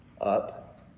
Up